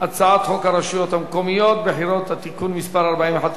הצעת חוק הרשויות המקומיות (בחירות) (תיקון מס' 41),